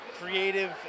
creative